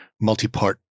multi-part